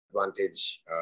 advantage